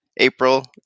April